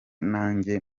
nanjye